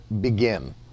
begin